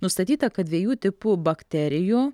nustatyta kad dviejų tipų bakterijų